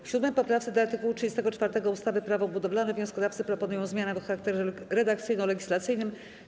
W 7. poprawce do art. 34 ustawy - Prawo budowlane wnioskodawcy proponują zmianę o charakterze redakcyjno-legislacyjnym.